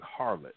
harlot